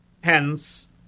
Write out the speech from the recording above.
Hence